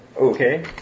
Okay